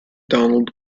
donald